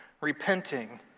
repenting